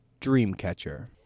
Dreamcatcher